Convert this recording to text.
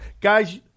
guys